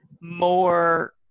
more